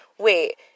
wait